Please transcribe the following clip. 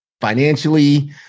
financially